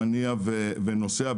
מניע ונוסע,